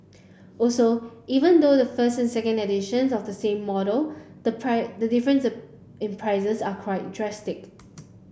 also even though the first and second edition of the same model the the difference in prices is quite drastic